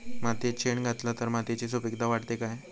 मातयेत शेण घातला तर मातयेची सुपीकता वाढते काय?